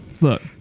look